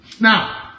Now